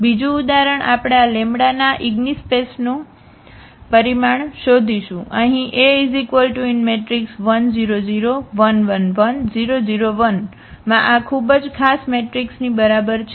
બીજું ઉદાહરણ આપણે આ λના આ ઇગિનસ્પેસનું પરિમાણ શોધીશું અહીં A1 0 0 1 1 1 0 0 1 માં આ ખૂબ જ ખાસ મેટ્રિક્સની બરાબર છે